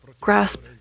grasp